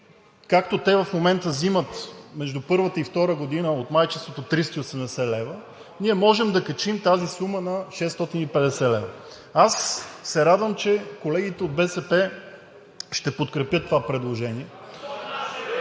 както те в момента взимат между първата и втората година от майчинството 380 лв., ние можем да качим тази сума на 650 лв. Аз се радвам, че колегите от БСП ще подкрепят това предложение.